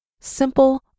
simple